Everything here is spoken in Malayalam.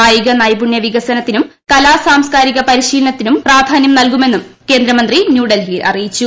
കായിക നൈപുണ്യ വികസനത്തിനും കലാ സാംസ്കാരിക പരിശീലനത്തിനും പ്രാധാന്യം നൽകുമെന്നും കേന്ദ്രമന്ത്രി ന്യൂഡൽഹിയിൽ അറിയിച്ചു